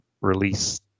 release